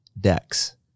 decks